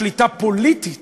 הייתה רוצה להחזיר שליטה פוליטית